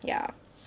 ya